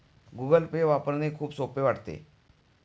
Google Pay वापरणे खूप सोपे वाटते